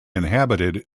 inhabited